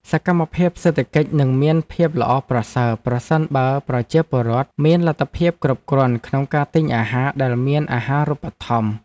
សកម្មភាពសេដ្ឋកិច្ចនឹងមានភាពល្អប្រសើរប្រសិនបើប្រជាពលរដ្ឋមានលទ្ធភាពគ្រប់គ្រាន់ក្នុងការទិញអាហារដែលមានអាហាររូបត្ថម្ភ។